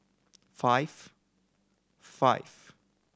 five five